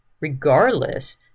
regardless